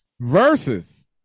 versus